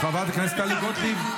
חברת הכנסת טלי גוטליב.